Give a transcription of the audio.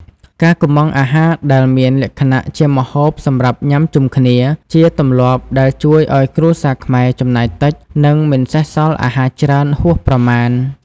ការកុម្ម៉ង់អាហារដែលមានលក្ខណៈជាម្ហូបសម្រាប់ញ៉ាំជុំគ្នា ជាទម្លាប់ដែលជួយឱ្យគ្រួសារខ្មែរចំណាយតិច និងមិនសេសសល់អាហារច្រើនហួសប្រមាណ។